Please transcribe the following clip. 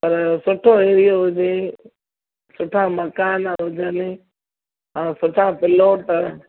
पर सुठो एरियो हुजे सुठा मकान हुजनि ऐं सुठा प्लॉट